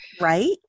right